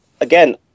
Again